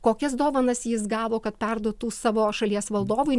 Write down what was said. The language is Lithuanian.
kokias dovanas jis gavo kad perduotų savo šalies valdovui